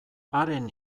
haren